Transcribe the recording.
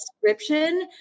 description